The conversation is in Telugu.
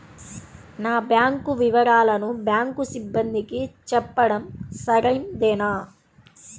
నా బ్యాంకు వివరాలను బ్యాంకు సిబ్బందికి చెప్పడం సరైందేనా?